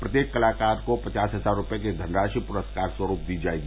प्रत्येक कलाकार को पचास हजार रूपये की धनराषि पुरस्कार स्वरूप दी जायेगी